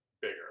Bigger